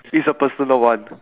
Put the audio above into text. is a personal one